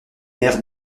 mère